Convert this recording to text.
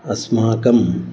अस्माकम्